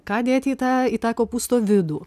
ką dėti į tą į tą kopūsto vidų